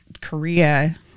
Korea